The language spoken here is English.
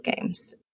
games